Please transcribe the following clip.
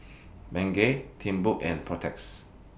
Bengay Timbuk and Protex